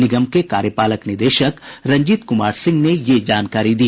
निगम के कार्यपालक निदेशक रंजीत कुमार सिंह ने यह जानकारी दी